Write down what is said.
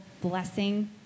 blessing